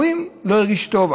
אומרים: הוא לא הרגיש טוב,